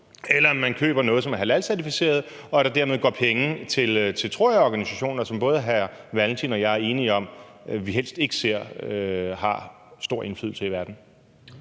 eller om de køber noget, som er halalcertificeret, og at der dermed går penge til organisationer, som, tror jeg, både hr. Carl Valentin og jeg er enige om, at vi helst ikke ser har stor indflydelse i verden.